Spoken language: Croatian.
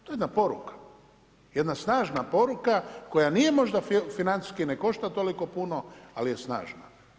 To je jedna poruka, jedna snažna poruka koja nije možda financijski ne košta toliko puno ali je snažna.